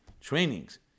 trainings